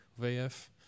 VF